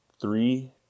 Three